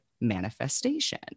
manifestation